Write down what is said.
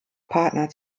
partner